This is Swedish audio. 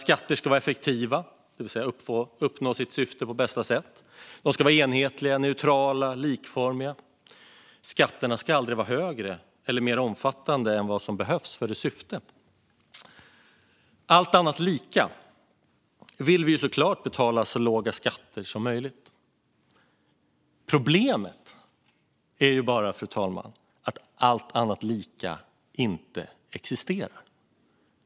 Skatter ska vara effektiva, det vill säga uppnå sitt syfte på bästa sätt, och de ska vara enhetliga, neutrala och likformiga. Skatterna ska aldrig vara högre eller mer omfattande än vad som behövs för deras syfte. Allt annat lika vill vi såklart betala så låga skatter som möjligt. Problemet är bara, fru talman, att "allt annat lika" inte existerar.